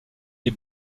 est